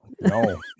No